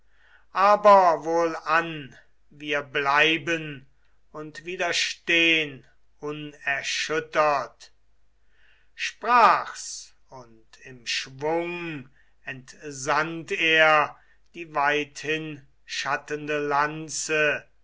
aber wohlan wir bleiben und widerstehn unerschüttert sprach's und im schwung entsandt er die weithinschattende lanze